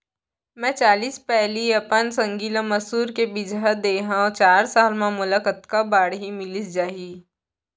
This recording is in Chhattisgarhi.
मैं चालीस पैली अपन संगी ल मसूर के बीजहा दे हव चार साल म मोला कतका बाड़ही मिलिस जाही?